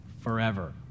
forever